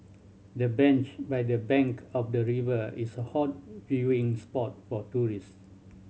the bench by the bank of the river is a hot viewing spot for tourist